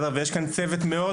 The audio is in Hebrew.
יש כאן צוות מאוד